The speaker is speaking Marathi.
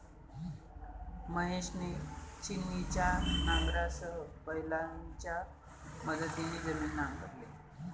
महेशने छिन्नीच्या नांगरासह बैलांच्या मदतीने जमीन नांगरली